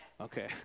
Okay